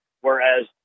whereas